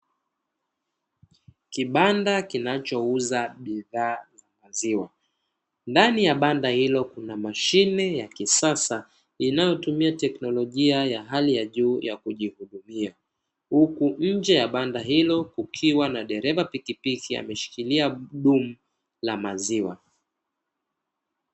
Kibanda kinachouza bidhaa za maziwa. Ndani ya banda hilo kuna mashine ya kisasa, inayotumia teknolojia ya hali ya juu ya kujiudumia, huku nje ya banda hilo kukiwa na dereva pikipiki ameshikilia dumu la maziwa.